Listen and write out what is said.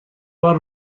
بار